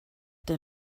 der